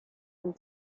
and